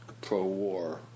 pro-war